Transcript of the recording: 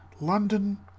London